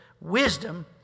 Wisdom